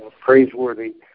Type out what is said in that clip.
praiseworthy